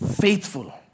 faithful